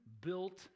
built